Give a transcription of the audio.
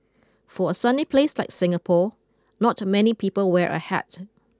for a sunny place like Singapore not many people wear a hat